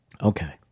okay